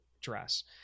dress